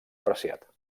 apreciat